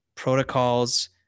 protocols